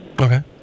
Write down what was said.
Okay